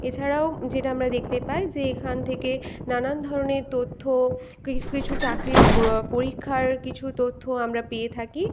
এছাড়াও যেটা আমরা দেখতে পাই যে এখান থেকে নানান ধরনের তথ্য কিছু কিছু চাকরির প পরীক্ষার কিছু তথ্য আমরা পেয়ে থাকি